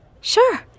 Sure